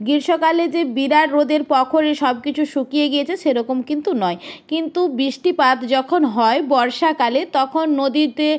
গ্রীষ্মকালে যে বিরাট রোদের প্রখরে সব কিছু শুকিয়ে গিয়েছে সেরকম কিন্তু নয় কিন্তু বৃষ্টিপাত যখন হয় বর্ষাকালে তখন নদীতে